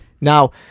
Now